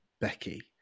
Becky